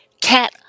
Cat